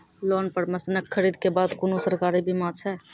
Loan पर मसीनऽक खरीद के बाद कुनू सरकारी बीमा छै?